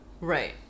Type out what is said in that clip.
right